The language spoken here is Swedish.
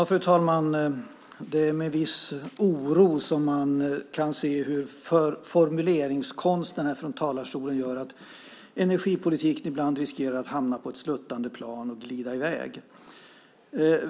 Fru talman! Det är med viss oro som man märker hur formuleringskonsten från talarstolen gör att energipolitiken ibland riskerar att hamna på ett sluttande plan och glida i väg.